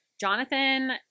Jonathan